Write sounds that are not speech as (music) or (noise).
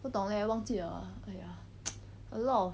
不懂 leh 忘记了 lah !aiya! (noise) a lot of